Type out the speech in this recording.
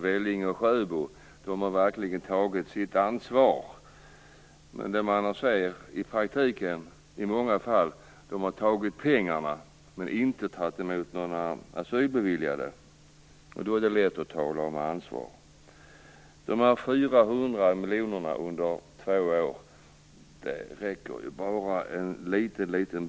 Vellinge och Sjöbo, har tagit sitt ansvar. I praktiken har de i många fall tagit pengarna men inte tagit emot några asylbeviljade. Då är det lätt att tala om ansvar. De 400 miljonerna under två år räcker bara en liten bit.